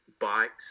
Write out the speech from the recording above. bikes